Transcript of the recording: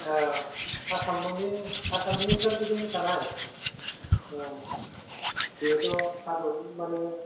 ओ आसामनि आसामनि सोरगिदिं थानाय औ बेथ' हादर मानि